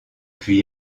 puis